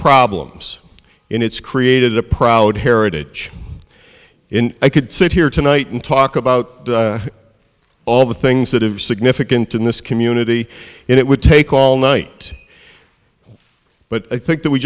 problems in it's created a proud heritage in i could sit here tonight and talk about all the things that have significant in this community and it would take all night but i think that we